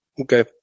Okay